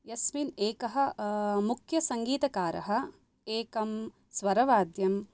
यस्मिन् एकः मुख्यसङ्गीतकारः एकं स्वरवाद्यम्